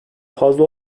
fazla